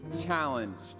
challenged